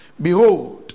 Behold